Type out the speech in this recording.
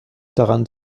daran